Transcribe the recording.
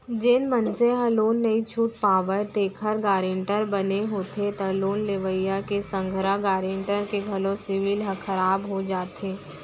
जेन मनसे ह लोन नइ छूट पावय तेखर गारेंटर बने होथे त लोन लेवइया के संघरा गारेंटर के घलो सिविल ह खराब हो जाथे